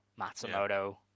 Matsumoto